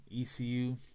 ECU